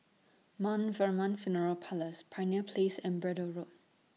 Mt Vernon Funeral Parlours Pioneer Place and Braddell Road